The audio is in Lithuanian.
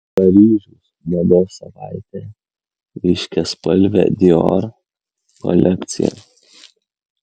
paryžiaus mados savaitė ryškiaspalvė dior kolekcija